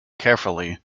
carefully